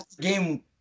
game